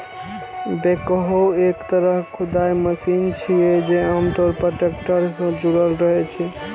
backhoe एक तरहक खुदाइ मशीन छियै, जे आम तौर पर टैक्टर सं जुड़ल रहै छै